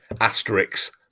asterisks